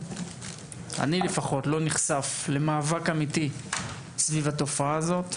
אני, לפחות, לא נחשף למאבק אמיתי סביב התופעה הזו.